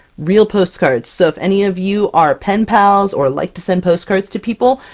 real postcards! so if any of you are pen-pals, or like to send postcards to people,